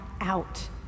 out